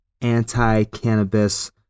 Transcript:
anti-cannabis